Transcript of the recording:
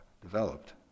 developed